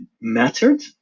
mattered